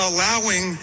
allowing